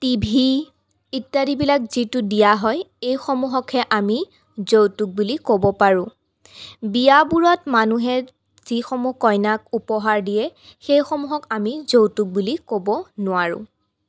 T V ইত্য়াদিবিলাক যিটো দিয়া হয় এইসমূহকহে আমি যৌতুক বুলি ক'ব পাৰোঁ বিয়াবোৰত মানুহে যিসমূহ কইনাক উপহাৰ দিয়ে সেইসমূহক আমি যৌতুক বুলি ক'ব নোৱাৰোঁ